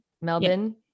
Melbourne